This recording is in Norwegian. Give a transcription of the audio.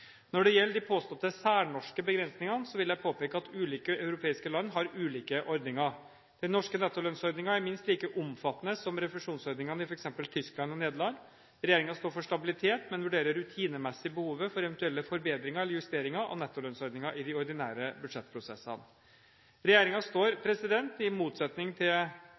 Når det gjelder de påståtte «særnorske» begrensningene, vil jeg påpeke at ulike europeiske land har ulike ordninger. Den norske nettolønnsordningen er minst like omfattende som refusjonsordningene i f.eks. Tyskland og Nederland. Regjeringen står for stabilitet, men vurderer rutinemessig behovet for eventuelle forbedringer eller justeringer av nettolønnsordningen i de ordinære budsjettprosessene. Regjeringen står – i motsetning til